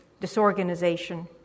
disorganization